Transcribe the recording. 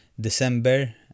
December